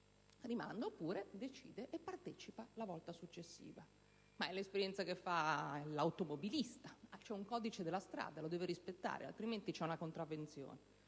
rimanda l'esame e decide di partecipare la volta successiva. È l'esperienza che fa l'automobilista: c'è un codice della strada che deve rispettare, altrimenti vi è la contravvenzione.